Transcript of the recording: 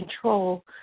control